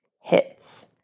hits